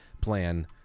plan